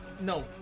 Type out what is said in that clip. No